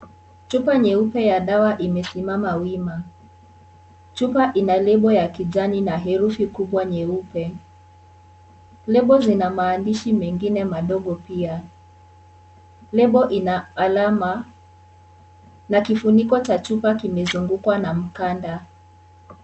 Chupa nyeupe ya dawa imesimama wima. Chupa ina lebo ya kijani na ina herufi kubwa nyeupe. Lebo ina maandishi mengine madogo pia. Lebo ina alama na kifuniko cha chupa kimezungukwa na mkanda.